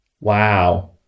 Wow